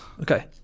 Okay